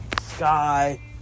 sky